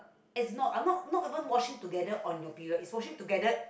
is not I'm not not even washing together on your period is washing together